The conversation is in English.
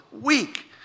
weak